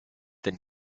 than